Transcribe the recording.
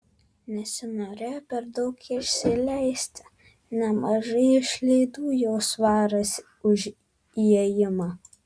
nesinorėjo per daug išsileisti nemažai išlaidų jau svaras už įėjimą